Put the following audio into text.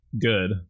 good